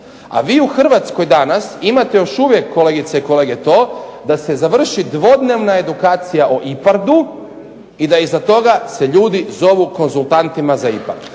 A vi u Hrvatskoj danas imate još uvijek, kolegice i kolege, to da se završi dvodnevna edukacija o IPARD-u i da iza toga se ljudi zovu konzultantima za IPARD.